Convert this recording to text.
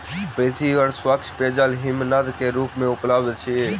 पृथ्वी पर स्वच्छ पेयजल हिमनद के रूप में उपलब्ध अछि